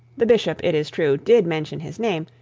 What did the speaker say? the bishop, it is true, did mention his name,